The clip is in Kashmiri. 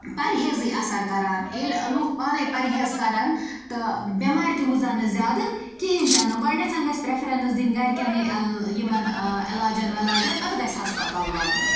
پَرہیزٕے اَثَر کَران ییٚلہِ لُکھ پانَے پَرہیز کَران تہٕ بٮ۪مارِ تہِ وُزَن نہٕ زیادٕ کِہیٖنٛۍ تہِ نہٕ گۄڈنٮ۪تھ گَژھِ پرٛیفرَنٕس دِنۍ گَرِکٮ۪نٕے یِمَن علاجَن وٮ۪لاجَن پَتہٕ گَژھِ ہَسپَتال واتُن